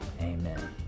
Amen